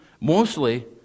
mostly